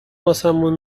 واسمون